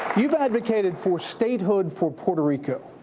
you've advocated for statehood for puerto rico.